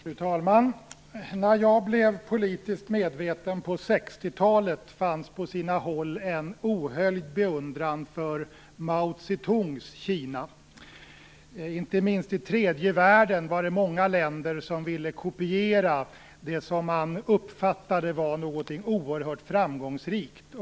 Fru talman! När jag blev politiskt medveten på 60 talet fanns på sina håll en ohöljd beundran för Mao Zedongs Kina. Inte minst i tredje världen fanns många länder som ville kopiera det som man uppfattade som något oerhört framgångsrikt.